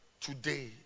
Today